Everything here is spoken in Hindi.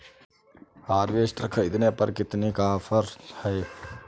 हार्वेस्टर ख़रीदने पर कितनी का ऑफर है?